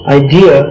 idea